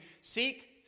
seek